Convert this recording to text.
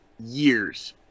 years